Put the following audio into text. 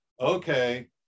okay